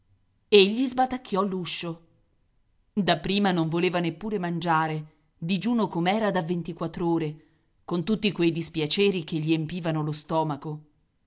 sfacciata egli sbatacchiò l'uscio da prima non voleva neppur mangiare digiuno com'era da ventiquattr'ore con tutti quei dispiaceri che gli empivano lo stomaco